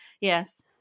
yes